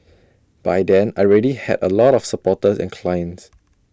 by then I already had A lot of supporters and clients